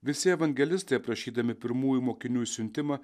visi evangelistai aprašydami pirmųjų mokinių išsiuntimą